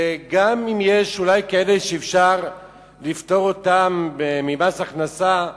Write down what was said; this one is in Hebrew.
וגם אם יש כאלה שאפשר לפטור אותם ממס הכנסה,